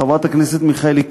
חברת הכנסת מיכאלי,